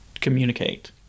communicate